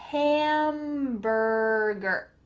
hamburger.